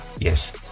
Yes